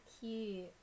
cute